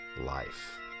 life